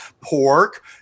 pork